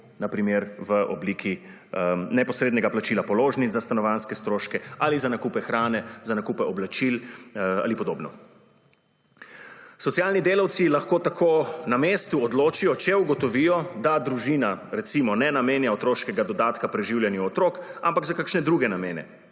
na primer, v obliki neposrednega plačila položnic za stanovanjske stroške ali za nakup hrane, za nakup oblačil ali podobno. Socialni delavci lahko tako na mestu odločijo, če ugotovijo, da družina, recimo, ne namenja otroškega dodatka preživljanju otrok, ampak za kakšne druge namene.